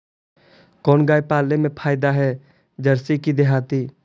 कोन गाय पाले मे फायदा है जरसी कि देहाती?